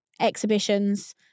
exhibitions